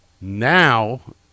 Now